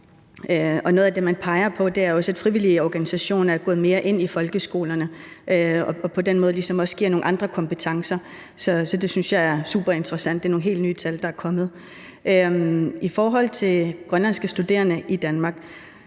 noget af det, man peger på, er, at frivillige organisationer er gået mere ind i folkeskolerne og på den måde også tilbyder nogle andre kompetencer. Det synes jeg er super interessant. Der er nogle helt nye tal, der er kommet. I forhold til grønlandske studerende i Danmark